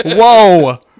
Whoa